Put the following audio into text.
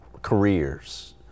Careers